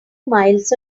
miles